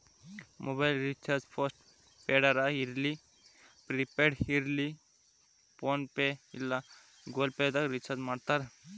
mobile recharge post ಪೇಡರ ಇರ್ಲಿ prepaid ಇರ್ಲಿ ಫೋನ್ಪೇ ಇಲ್ಲಾ ಗೂಗಲ್ ಪೇದಾಗ್ ರಿಚಾರ್ಜ್ಮಾಡ್ತಾರ